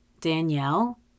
Danielle